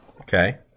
okay